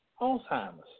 Alzheimer's